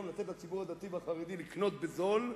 לתת לציבור הדתי והחרדי לקנות בזול,